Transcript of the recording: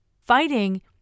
Fighting